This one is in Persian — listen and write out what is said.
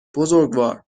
بزرگوار